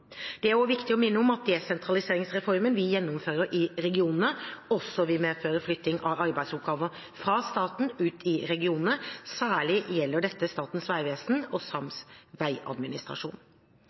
Det er også viktig å minne om at desentraliseringsreformen vi gjennomfører i regionene, også vil medføre flytting av arbeidsoppgaver fra staten og ut i regionene. Særlig gjelder dette Statens vegvesen og sams vegadministrasjon.